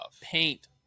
paint